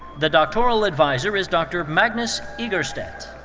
the doctoral adviser is dr. magnus egerstedt.